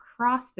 CrossFit